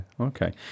Okay